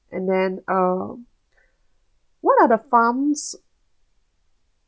and then uh what are the farms